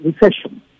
recession